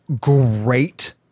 great